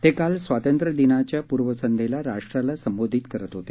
ते काल स्वातंत्र्यदिनाच्या पूर्वसंध्येला राष्ट्राला संबोधित करत होते